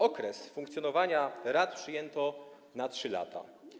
Okres funkcjonowania rad przyjęto na 3 lata.